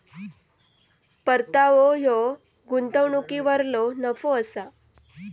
परतावो ह्यो गुंतवणुकीवरलो नफो असा